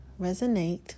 resonate